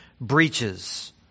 breaches